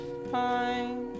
fine